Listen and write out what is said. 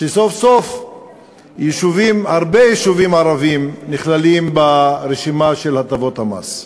סוף-סוף הרבה יישובים ערביים נכללים ברשימה של הטבות המס.